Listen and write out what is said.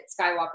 Skywalker